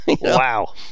Wow